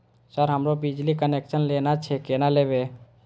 Sir हमरो बिजली connection लेना छे केना लेबे?